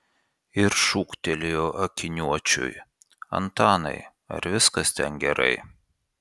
ir šūktelėjo akiniuočiui antanai ar viskas ten gerai